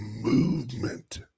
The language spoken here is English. movement